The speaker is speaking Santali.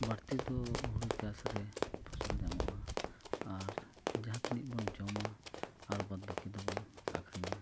ᱵᱟᱹᱲᱛᱤ ᱫᱚ ᱦᱩᱲᱩ ᱪᱟᱥ ᱨᱮ ᱯᱷᱚᱥᱚᱞ ᱧᱟᱢᱚᱜᱼᱟ ᱟᱨ ᱡᱟᱦᱟᱸ ᱛᱤᱱᱟᱹᱜ ᱵᱚᱱ ᱡᱚᱢᱟ ᱟᱨ ᱵᱟᱫᱽᱼᱵᱟᱠᱤ ᱫᱚᱵᱚᱱ ᱟᱹᱠᱷᱨᱤᱧᱟ